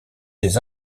des